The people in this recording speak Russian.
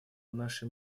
нашей